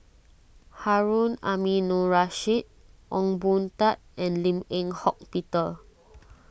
Harun Aminurrashid Ong Boon Tat and Lim Eng Hock Peter